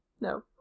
No